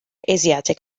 asiatic